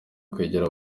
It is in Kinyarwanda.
kwegera